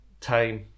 time